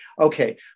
Okay